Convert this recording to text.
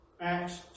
Acts